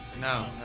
No